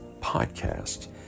podcast